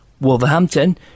Wolverhampton